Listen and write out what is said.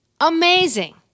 amazing